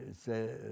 Say